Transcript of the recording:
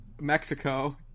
Mexico